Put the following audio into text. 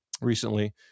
recently